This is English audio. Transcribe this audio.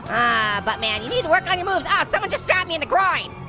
buttman, you need to work on your moves. ah someone just strapped me in the groin.